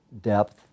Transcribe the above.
depth